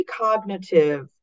precognitive